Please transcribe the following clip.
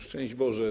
Szczęść Boże!